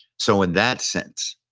so in that sense,